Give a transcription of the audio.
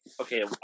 okay